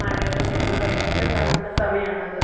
മഴയുള്ള സീസൺ കഴിഞ്ഞിട്ട് തണുപ്പുള്ള സമയമാണത്